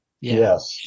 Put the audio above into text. yes